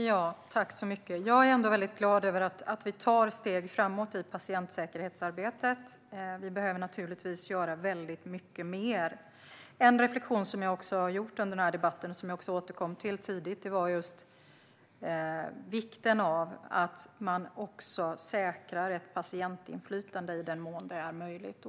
Fru talman! Jag är ändå väldigt glad över att vi tar steg framåt i patientsäkerhetsarbetet. Vi behöver naturligtvis göra väldigt mycket mer. En reflektion som jag har gjort under denna debatt, och som jag tidigt återkom till, gäller just vikten av att man säkrar ett patientinflytande i den mån det är möjligt.